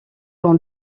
dans